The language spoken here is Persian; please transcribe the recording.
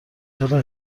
چرا